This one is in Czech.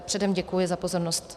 Předem děkuji za pozornost.